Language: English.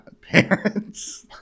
parents